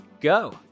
go